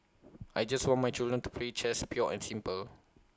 I just want my children to play chess pure and simple